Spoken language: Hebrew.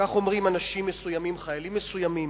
כך אומרים אנשים מסוימים, חיילים מסוימים,